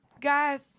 Guys